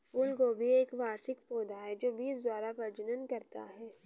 फूलगोभी एक वार्षिक पौधा है जो बीज द्वारा प्रजनन करता है